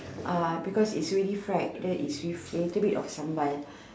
uh because it's really fried then with a little bit of sambal